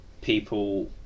people